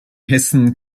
hessen